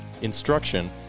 instruction